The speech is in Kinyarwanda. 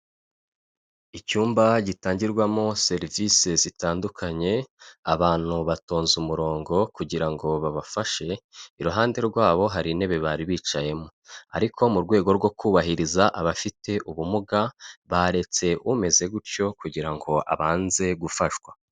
Icyumba gitangirwamo serivisi zitandukanye, abantu batonze umurongo kugira ngo babafashe, iruhande rwabo hari intebe bari bicayemo ariko mu rwego rwo kubahiriza abafite ubumuga, baretse umeze gutyo kugira ngo abanze gufashwa.